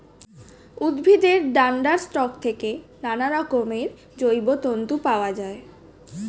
উদ্ভিদের ডান্ডার স্টক থেকে নানারকমের জৈব তন্তু পাওয়া যায়